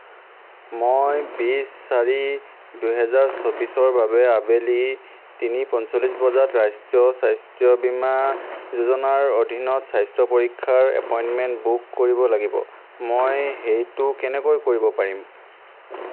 মই বিছ চাৰি দুহেজাৰ চৌবিছৰ বাবে আবেলি তিনি পঞ্চল্লিচ বজাত ৰাষ্ট্ৰীয় স্বাস্থ্য বীমা যোজনাৰ অধীনত স্বাস্থ্য পৰীক্ষাৰ এপইণ্টমেণ্ট বুক কৰিব লাগিব মই সেইটো কেনেকৈ কৰিব পাৰিম